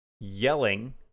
yelling